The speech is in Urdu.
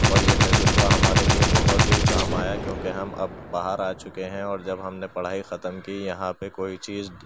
اور یہ تجربہ ہمارے لیے بہت ہی کام آیا کیوں کہ ہم اب باہر آ چکے ہیں اور جب ہم نے پڑھائی ختم کی یہاں پہ کوئی چیز